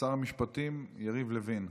שר המשפטים יריב לוין,